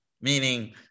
meaning